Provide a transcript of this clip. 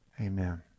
Amen